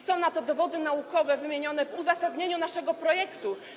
Są na to dowody naukowe wymienione w uzasadnieniu naszego projektu.